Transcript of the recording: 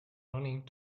running